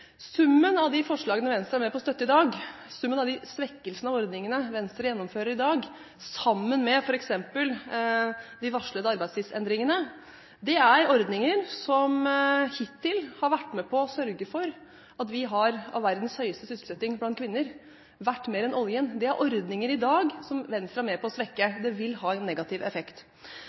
Summen av de forslagene Venstre er med på å støtte i dag, summen av de svekkelsene av ordningene Venstre gjennomfører i dag og f.eks. de varslede arbeidstidsendringene – det er ordninger som hittil har vært med på å sørge for at vi har av verdens høyeste sysselsetting blant kvinner, verdt mer enn oljen – vil ha en negativ effekt.